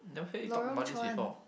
Lorong Chuan